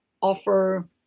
offer